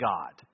God